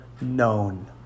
known